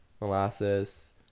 molasses